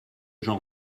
genre